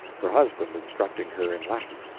her husband instructing her in latin.